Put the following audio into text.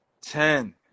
ten